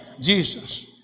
Jesus